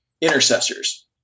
Intercessors